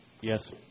Yes